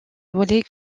volées